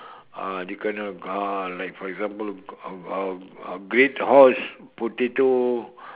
ah they gonna ah like for example uh uh uh great horse potato